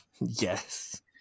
Yes